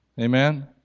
Amen